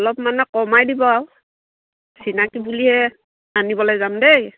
অলপ মানে কমাই দিব আৰু চিনাকি বোলিহে আনিবলৈ যাম দেই